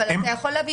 אתה יכול להביא